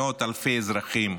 מאות-אלפי אזרחים.